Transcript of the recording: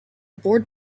board